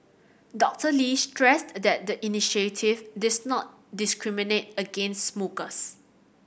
Doctor Lee stressed that the initiative did not discriminate against smokers